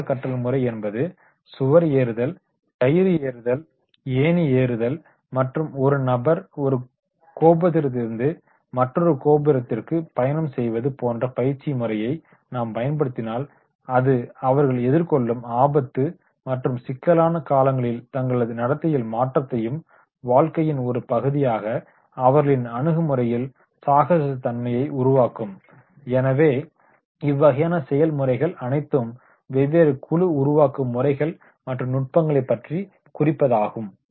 சாகச கற்றல் முறை என்பது சுவர் ஏறுதல் கயிறு ஏறுதல் ஏணி ஏறுதல் மற்றும் ஒரு நபர் ஒரு கோபுரத்திலிருந்து மற்றொரு கோபுரத்திற்கு பயணம் செய்வது போன்ற பயிற்சி முறையை நாம் பயன்படுத்தினால் அது அவர்கள் எதிர்கொள்ளும் ஆபத்து மற்றும் சிக்கலான காலங்களில் தங்களது நடத்தையில் மாற்றத்தையும் வாழ்க்கையின் ஒரு பகுதியாக அவர்களின் அணுகுமுறையில் சாகச தன்மையை உருவாக்கும் எனவே இவ்வகையான செயல் முறைகள் அனைத்தும் வெவ்வேறு குழு உருவாக்கும் முறைகள் மற்றும் நுட்பங்களைப் பற்றி குறிப்பதாகும்